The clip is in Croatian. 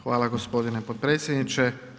Hvala gospodine potpredsjedniče.